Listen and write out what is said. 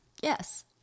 Yes